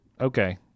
Okay